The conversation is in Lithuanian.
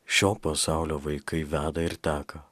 šio pasaulio vaikai veda ir teka